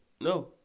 No